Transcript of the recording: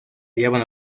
hallaban